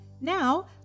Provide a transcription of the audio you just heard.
Now